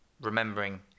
remembering